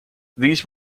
these